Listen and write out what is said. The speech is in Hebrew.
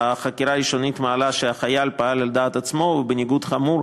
והחקירה הראשונית מעלה שהחייל פעל על דעת עצמו ובניגוד חמור,